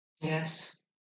Yes